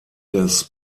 des